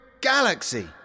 galaxy